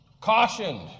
Cautioned